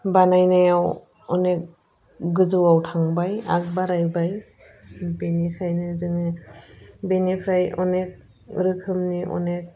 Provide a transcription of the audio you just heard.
बानायनायाव अनेक गोजौआव थांबाय आगबारायबाय बेनिखायनो जोङो बेनिफ्राय अनेक रोखोमनि अनेक